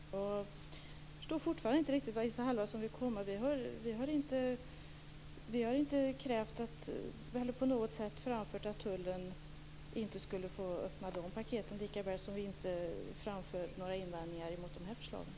Fru talman! Jag förstår fortfarande inte riktigt vart Isa Halvarsson vill komma. Vi har inte krävt eller på något sätt framfört att tullen inte skulle få öppna de paketen, lika väl som vi inte framför några invändningar mot de här förslagen.